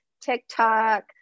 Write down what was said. TikTok